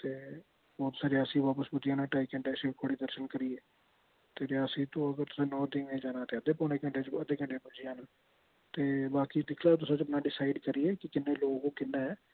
ते ओह् तुसें रियासी बापस पुज्जी जाना ढाई घैंटें शिवखोड़ी दर्शन करियै ते रियासी तू अगर तुसें नौ देवियें जाना अद्धे पौने घैंटे च अद्धे घैंटे च पुज्जी जाना ते बाकी दिक्खी लैओ तुसें करना डिसाइड करियै कि किन्ने लोक ओ किन्ने